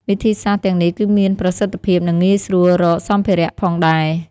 វិធីសាស្ត្រទាំងនេះគឺមានប្រសិទ្ធភាព និងងាយស្រួលរកសម្ភារៈផងដែរ។